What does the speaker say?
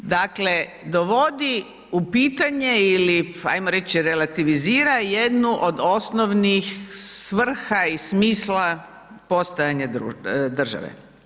Dakle, dovodi u pitanje ili, pa ajmo reći, relativizira jednu od osnovnih svrha i smisla postojanja države.